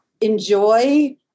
enjoy